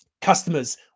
Customers